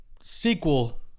sequel